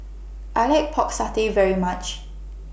I like Pork Satay very much